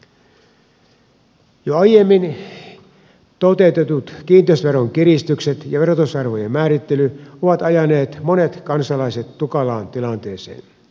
jo aiemmin toteutetut kiinteistöveron kiristykset ja verotusarvojen määrittely ovat ajaneet monet kansalaiset tukalaan tilanteeseen